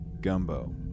Gumbo